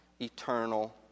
eternal